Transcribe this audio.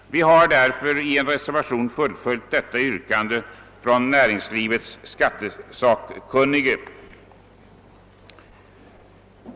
Vi har därför i en reservation tagit upp detta yrkande från industrins skattesakkunnige.